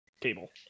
cable